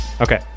okay